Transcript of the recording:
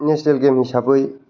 national game हिसाबै